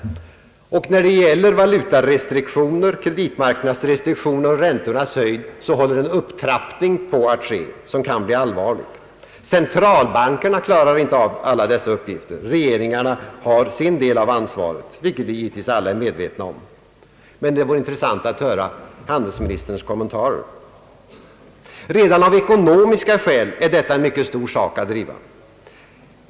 När det gäller valutarestriktioner, kreditmarknadsrestriktioner och räntornas höjd håller en upptrappning på att ske, som kan bli allvarlig. Centralbankerna klarar inte alla dessa frågor. Regeringarna har sin del i ansvaret, vilket givetvis alla är medvetna om, men det vore intressant att höra handelsministerns kommentarer. Redan av ekonomiska skäl är detta en mycket stor sak att driva.